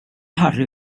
harry